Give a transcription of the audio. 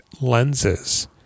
lenses